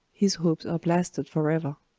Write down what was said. his hopes are blasted forever.